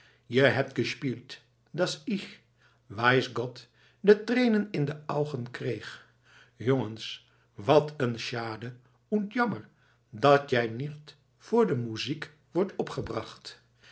je hebt gespielt das ich weiss gott de thränen in de augen kreeg jongens wat een schade oend jammer dat jij nicht voor de moeziek wordt opgebracht